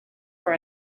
for